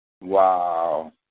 Wow